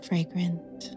Fragrant